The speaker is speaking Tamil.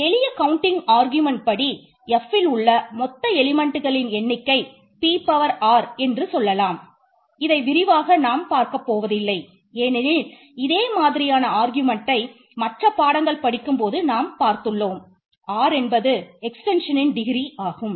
எளிய கவுண்டிங் ஆகும்